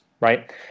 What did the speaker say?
right